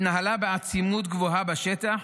התנהלה בעצימות גבוהה בשטח.